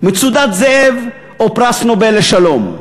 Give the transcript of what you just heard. "מצודת זאב" או פרס נובל לשלום.